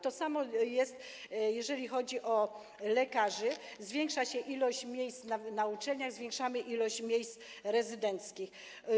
To samo jest, jeżeli chodzi o lekarzy - zwiększa się ilość miejsc na uczelniach, zwiększamy ilość miejsc rezydenckich.